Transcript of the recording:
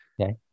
okay